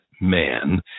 man